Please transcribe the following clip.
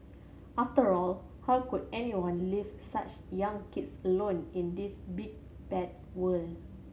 after all how could anyone leave such young kids alone in this big bad world